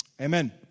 Amen